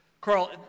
carl